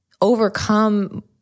overcome